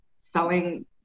selling